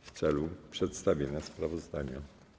w celu przedstawienia sprawozdania.